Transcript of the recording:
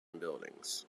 buildings